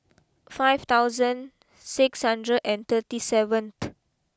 five thousand six hundred and thirty seventh